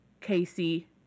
Casey